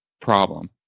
problem